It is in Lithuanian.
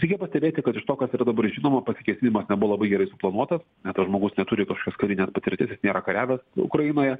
reikia pastebėti kad iš to kas yra dabar žinoma pasikėsinimas nebuvo labai gerai suplanuotas tas žmogus neturi kažkokios karinės patirties jis nėra kariavęs ukrainoje